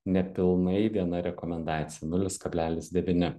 nepilnai viena rekomendacija nulis kablelis devyni